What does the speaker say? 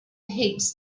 heaps